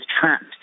trapped